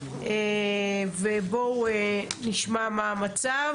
בואו נשמע מה המצב